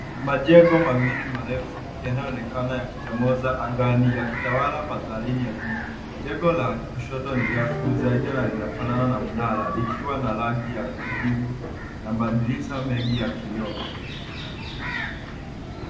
Majengo mawili marefu yanayoonekana yakichomoza angani yakitawala mandharini ya jiji, jengo la kushto ni refu zaidi na linafanana na mnara likiwa na rangi ya kijivu na madirisha meng ya kioo.